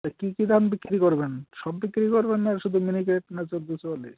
তা কী কী দাম বিক্রি করবেন সব বিক্রি করবেন না শুধু মিনিকেট না চৌদ্দ চুয়াল্লিশ